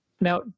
Now